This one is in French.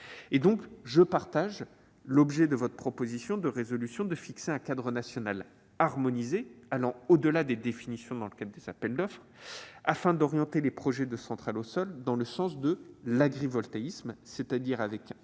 donc l'objet de votre proposition de résolution : fixer un cadre national harmonisé allant au-delà des définitions retenues dans le cadre des appels d'offres, afin d'orienter les projets de centrales au sol dans le sens de l'agrivoltaïsme. À cette fin,